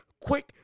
quick